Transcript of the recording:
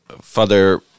Father